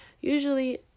Usually